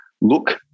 look